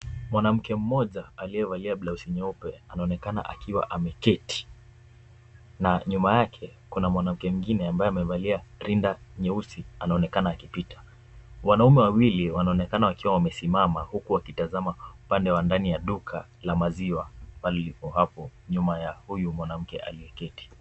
Mwanamke mmoja aliyevalia blausi nyeupe anaonekana akiwa ameketi na nyuma yake kuna mwanamke mwingine amaye amevalia rinda nyeusi anaonekana akipita. Wanaume wawili wanaonekana wakiwa wamesimama huku wakitazama upande wa ndani ya duka la maziwa bali yuko hapo nyuma ya huyu mwanamke aliyeketi.